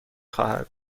خواهد